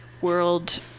world